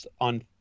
on